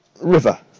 River